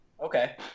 Okay